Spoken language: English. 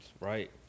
right